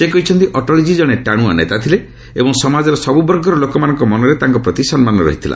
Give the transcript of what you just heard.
ସେ କହିଛନ୍ତି ଅଟଳଜୀ ଜଣେ ଟାଣୁଆ ନେତା ଥିଲେ ଏବଂ ସମାଜର ସବୁ ବର୍ଗର ଲୋକମାନଙ୍କ ମନରେ ତାଙ୍କ ପ୍ରତି ସମ୍ମାନ ରହିଥିଲା